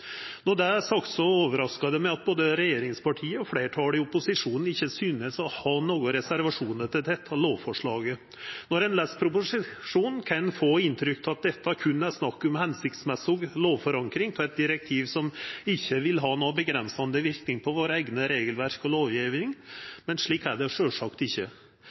det er sagt, overraskar det meg at både regjeringspartia og fleirtalet i opposisjonen ikkje synest å ha nokre reservasjonar til dette lovforslaget. Når ein les proposisjonen, kan ein få inntrykk av at dette berre er snakk om hensiktsmessig lovforankring av eit direktiv som ikkje vil ha nokon avgrensande verknad på våre eigne regelverk og vår eiga lovgjeving, men slik er det sjølvsagt ikkje.